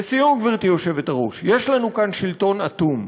לסיום, גברתי היושבת-ראש, יש לנו כאן שלטון אטום.